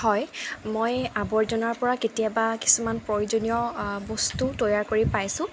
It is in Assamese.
হয় মই আৱৰ্জনাৰ পৰা কেতিয়াবা কিছুমান প্ৰয়োজনীয় বস্তু তৈয়াৰ কৰি পাইছোঁ